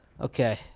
Okay